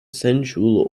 sensual